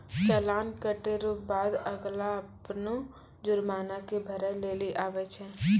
चालान कटे रो बाद अगला अपनो जुर्माना के भरै लेली आवै छै